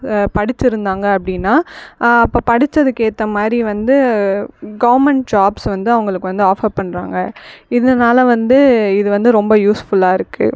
படிச்சுருந்தாங்க அப்படின்னா அப்போ படித்ததுக்கு ஏற்றமாரி வந்து கவர்மெண்ட் ஜாப்ஸ் வந்து அவங்களுக்கு வந்து ஆஃபர் பண்ணறாங்க இதனால வந்து இது வந்து ரொம்ப யூஸ்ஃபுல்லாக இருக்கு